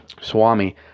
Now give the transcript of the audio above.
Swami